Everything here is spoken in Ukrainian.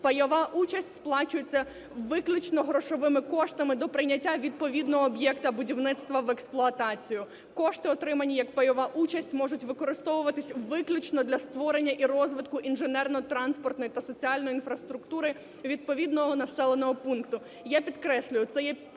Пайова участь сплачується виключно грошовими коштами до прийняття відповідного об'єкта будівництва в експлуатацію. Кошти, отримані як пайова участь можуть використовуватися виключно для створення і розвитку інженерно-транспортної та соціальної інфраструктури відповідного населеного пункту. Я підкреслюю, це є компромісний